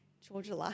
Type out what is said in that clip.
Georgia